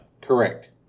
Correct